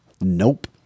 Nope